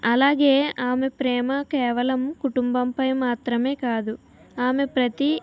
అలాగే ఆమె ప్రేమ కేవలం కుటుంబం పై మాత్రమే కాదు ఆమె ప్రతి